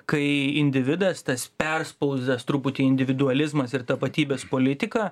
kai individas tas perspauztas truputį individualizmas ir tapatybės politika